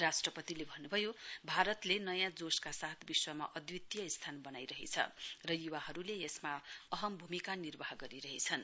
राष्ट्रपतिले भन्नुभयो भारतले नयाँ जोशका साथ विश्वमा अद्वितीय स्थान वनाइरहेछ र युवाहरुले यसमा अहम् भूमिका निर्वाह गरिरहेछन्